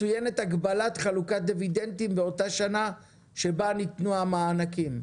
מצוינת הגבלת חלוקת דיבידנדים באותה שנה שבה ניתנו המענקים?